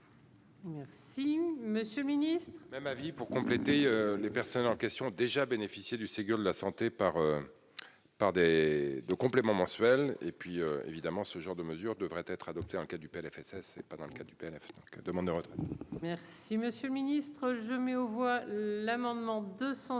Si Monsieur le Ministre. Même avis pour compléter les personnes en question ont déjà bénéficié du Ségur de la santé par par des de complément mensuel et puis évidemment ce genre de mesures devrait être adopté en cas du PLFSS c'est pas dans le cas du PNF donc demande d'Europe. Merci, monsieur le Ministre, je mets aux voix l'amendement 205